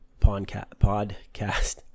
Podcast